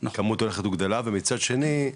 הכמות הולכת וגדלה ומצד שני,